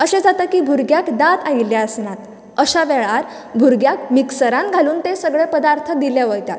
अशें जाता की भुरग्यांक दांत आयिल्ले आसनात अश्या वेळार भुरग्यांक मिक्सरांत घालून ते सगळें पदार्थ दिले वयतात